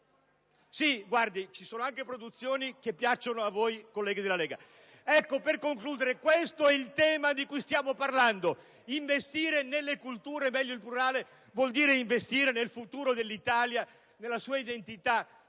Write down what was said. Si, ci sono anche produzioni che piacciono a voi, colleghi della Lega. Per concludere, questo è il tema di cui stiamo parlando: investire nelle culture (meglio il plurale) vuol dire investire nel futuro dell'Italia, nella sua identità